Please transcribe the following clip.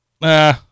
Nah